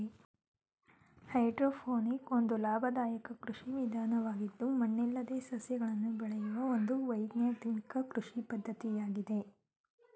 hydroponic ಒಂದು ಲಾಭದಾಯಕ ಕೃಷಿ ವಿಧಾನವಾಗಿದ್ದು ಮಣ್ಣಿಲ್ಲದೆ ಸಸ್ಯಗಳನ್ನು ಬೆಳೆಯೂ ಒಂದು ವೈಜ್ಞಾನಿಕ ಕೃಷಿ ಪದ್ಧತಿಯಾಗಿದೆ